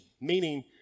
meaning